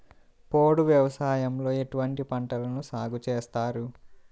పోడు వ్యవసాయంలో ఎటువంటి పంటలను సాగుచేస్తారు?